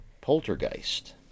Poltergeist